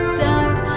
died